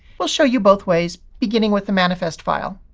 we'll show you both ways beginning with the manifest file.